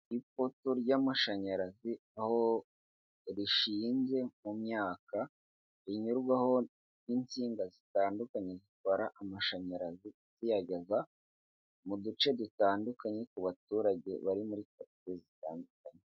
Ipoto ry'amashanyarazi aho rishinze mu myaka, rinyurwaho n'insinga zitandukanye zitwara amashanyarazi ziyageza mu duce dutandukanye, ku baturage bari muri karitsiye zitandukanye.